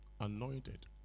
Anointed